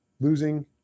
losing